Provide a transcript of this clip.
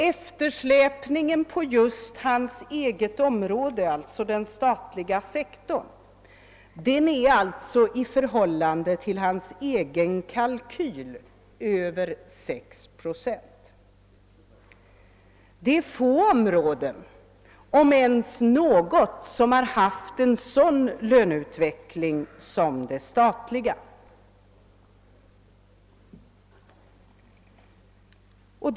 Eftersläpningen för just hans eget område, alltså den statliga sektorn, är således i förhållande till hans egen kalkyl över 6 procent. Det är få områden, om ens något, där löneutvecklingen varit sådan som på det statliga området.